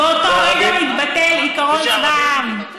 באותו רגע מתבטל עקרון צבא העם.